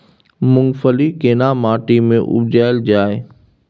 मूंगफली केना माटी में उपजायल जाय?